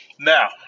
now